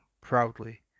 Proudly